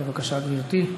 בבקשה, גברתי.